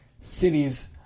cities